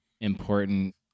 important